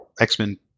X-Men